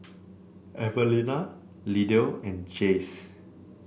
Evelina Lydell and Jace